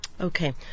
Okay